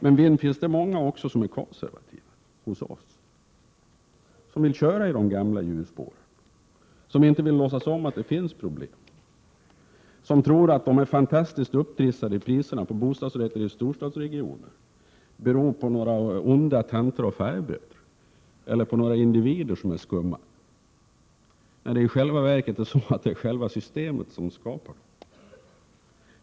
Men visst finns det också hos oss många som är konservativa, som vill köra i de gamla hjulspåren, som inte vill låtsas om att det finns problem, som tror att de fantastiskt upptrissade priserna på bostadsrätter i storstadsregionerna beror på några onda tanter och farbröder eller på några individer som är skumma, när det i själva verket är systemet som skapar dem.